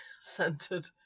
centered